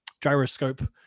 gyroscope